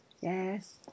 Yes